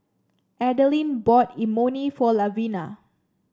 Adelina bought Imoni for Lavina